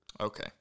Okay